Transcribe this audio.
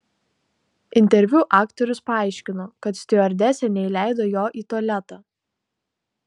interviu aktorius paaiškino kad stiuardesė neįleido jo į tualetą